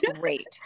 great